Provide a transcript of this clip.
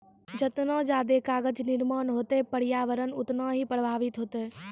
जतना जादे कागज निर्माण होतै प्रर्यावरण उतना ही प्रभाबित होतै